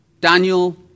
Daniel